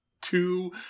two